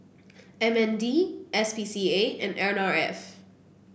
M N D S P C A and N R F